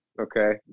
okay